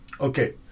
Okay